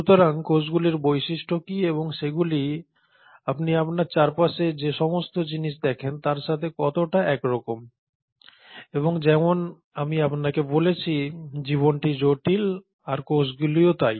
সুতরাং কোষগুলির বৈশিষ্ট্য কী এবং সেগুলি আপনি আপনার চারপাশে যে সমস্ত জিনিস দেখেন তার সাথে কতটা একরকম এবং যেমন আমি আপনাকে বলেছি জীবনটি জটিল আর কোষগুলিও তাই